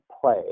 play